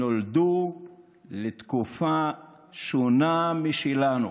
נולדו לתקופה שונה משלנו.